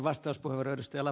herra puhemies